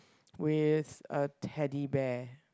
with a Teddy Bear